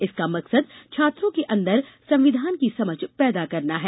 इसका मकसद छात्रों के अंदर संविधान की समझ पैदा करना है